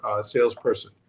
salesperson